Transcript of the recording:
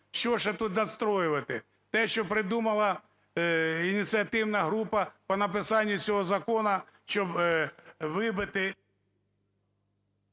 що ще тут настроювати? Те, що придумала ініціативна група по написанню цього закону, щоб вибити…